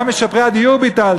גם את מס משפרי הדיור ביטלתם,